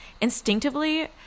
instinctively